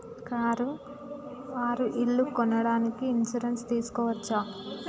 Car or ఇల్లు కొనడానికి insurance తీస్కోవచ్చా?